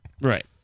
Right